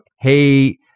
hey